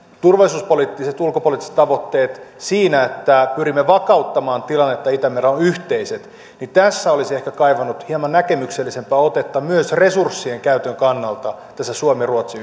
turvallisuuspoliittiset ja ulkopoliittiset tavoitteet siinä että pyrimme vakauttamaan tilannetta itämerellä ovat yhteiset niin olisi ehkä kaivannut hieman näkemyksellisempää otetta myös resurssien käytön kannalta tässä suomi ruotsi